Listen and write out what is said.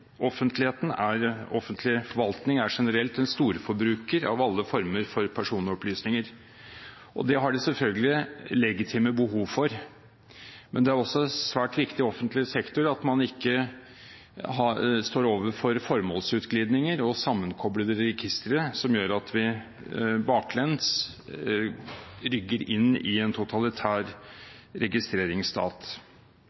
Offentlig forvaltning er generelt en storforbruker av alle former for personopplysninger. Det har de selvfølgelig legitime behov for. Men det er også svært viktig i offentlig sektor at man ikke står overfor formålsutglidninger og sammenkoblede registre som gjør at vi baklengs rygger inn i en totalitær